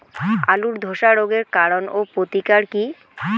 আলুর ধসা রোগের কারণ ও প্রতিকার কি?